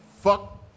Fuck